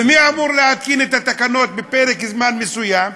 ומי אמור להתקין את התקנות בפרק זמן מסוים?